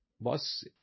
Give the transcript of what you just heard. boss